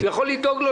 הוא יכול לדאוג לו,